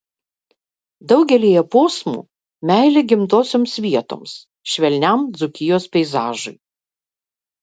daugelyje posmų meilė gimtosioms vietoms švelniam dzūkijos peizažui